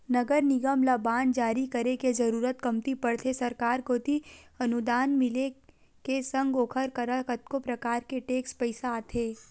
नगर निगम ल बांड जारी करे के जरुरत कमती पड़थे सरकार कोती अनुदान मिले के संग ओखर करा कतको परकार के टेक्स पइसा आथे